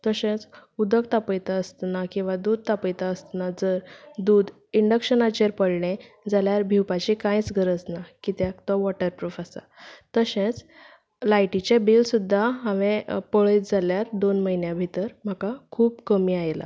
तशेंच उदक तापयता आसतना किंवा दूद तापयता आसतना जर दूद इंडक्शनाचेर पडलें जाल्यार भिवपाची कांयच गरज ना कित्याक तो वोटर प्रूफ आसा तशेंच लायटीचें बील सुद्दां हांवें पळयत जाल्यार दोन म्हयन्या भितर म्हाका खूब कमी आयलां